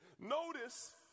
Notice